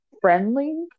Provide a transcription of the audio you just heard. friendly